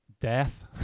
death